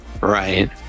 Right